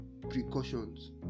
precautions